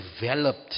developed